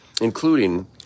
including